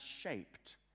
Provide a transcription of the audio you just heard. shaped